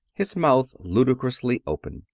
his mouth ludicrously open,